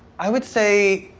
i would say